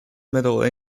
middle